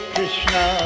Krishna